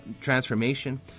transformation